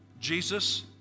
Jesus